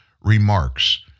remarks